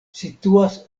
situas